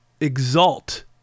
exalt